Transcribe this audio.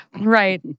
right